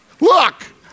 look